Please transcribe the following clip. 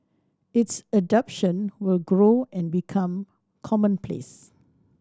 its adoption will grow and become commonplace